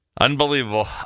Unbelievable